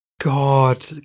God